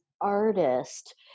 artist